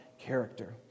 character